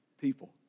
people